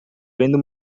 vendo